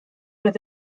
oedd